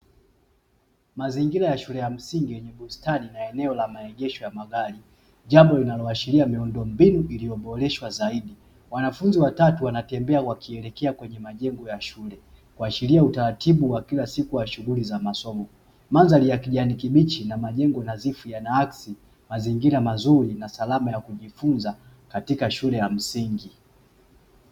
Mazingira ya shule ya msingi yenye bustani na eneo la maegesho ya magari..Jambo linaloashiria miundo mbinu iliyo wanafunzi watatu wanatembea wakielekea kwenye majengo ya shule taratibu. wW kila siku wa shughuli za masomo kwanza ni ya kijani kimechi na majengo yanadhifu, yanaakis, mazingira mazuri na salama ya kujifunza katika shule ya msingi.